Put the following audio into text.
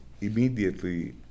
immediately